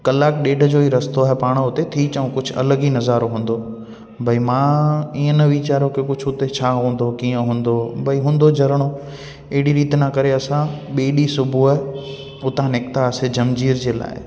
कलाकु ॾेढ जो ई रस्तो आहे पाण उते थी अचऊं कुझु अलॻि ई नज़ारो हूंदो भाई मां इअं न वीचारियो कि कुझु उते छा हूंदो कीअं हूंदो भई हूंदो झरिणो अहिड़ी रीति न करे असां ॿिए ॾींहुं सुबूह उतां निकितासीं जमजीर जे लाइ